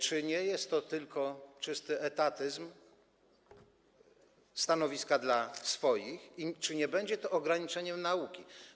Czy nie jest to tylko czysty etatyzm, stanowiska dla swoich, i czy nie będzie to ograniczeniem nauki?